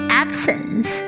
absence